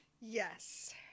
Yes